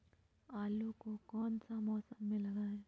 आलू को कौन सा मौसम में लगाए?